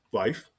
life